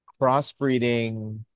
crossbreeding